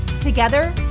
Together